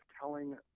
telling